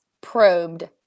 probed